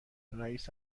رییس